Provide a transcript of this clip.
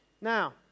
Now